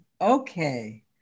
okay